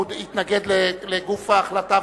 הוא התנגד לגוף ההחלטה,